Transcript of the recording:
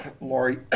Lori